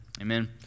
Amen